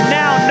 now